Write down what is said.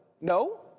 no